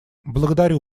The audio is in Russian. благодарю